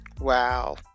Wow